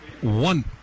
one